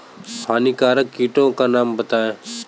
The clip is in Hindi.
हानिकारक कीटों के नाम बताएँ?